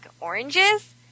oranges